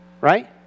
Right